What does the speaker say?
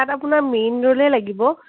তাত আপোনাৰ মেইন ৰোলেই লাগিব